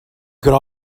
could